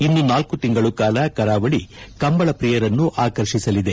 ಇನ್ನು ನಾಲ್ಕು ತಿಂಗಳುಗಳ ಕಾಲ ಕರಾವಳಿ ಕಂಬಳ ಪ್ರಿಯರನ್ನು ಆಕರ್ಷಿಸಲಿದೆ